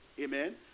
Amen